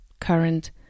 current